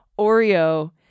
Oreo